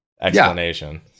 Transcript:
explanation